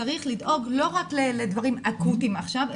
צריך לדאוג לא רק לדברים אקוטיים עכשיו,